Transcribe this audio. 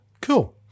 cool